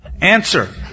Answer